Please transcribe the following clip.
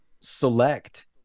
select